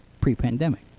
pre-pandemic